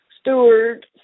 steward